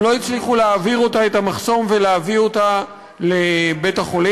הם לא הצליחו להעביר אותה את המחסום ולהביא אותה לבית-החולים,